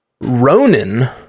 Ronan